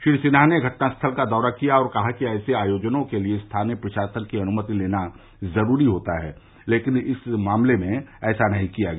श्री सिन्हा ने घटनास्थल का दौरा किया और कहा कि ऐसे आयोजनों के लिए स्थानीय प्रशासन की अनुमति लेना जरूरी होता है लेकिन इस मामले में ऐसा नहीं किया गया